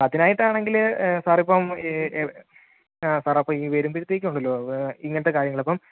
അതിനായിട്ടാണെങ്കിൽ സാറിപ്പം ഈ സാർ അപ്പം വരുമ്പോഴത്തേക്കുണ്ടല്ലോ ഇങ്ങനത്തെ കാര്യങ്ങൾ അപ്പം